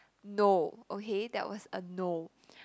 no okay that was a no